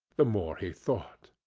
the more he thought.